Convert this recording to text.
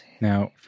now